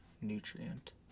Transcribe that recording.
nutrient